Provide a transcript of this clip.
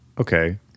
Okay